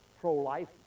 pro-life